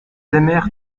aimèrent